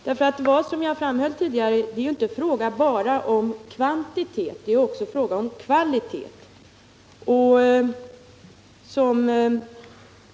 Det är, som jag framhöll tidigare, inte bara fråga om kvantitet, utan också om kvalitet.